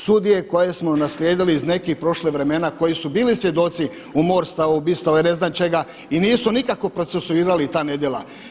Sudije koje smo naslijedili iz nekih prošlih vremena koji su bili svjedoci umorstava, ubistava i ne znam čega i nisu nikako procesuirali ta nedjela.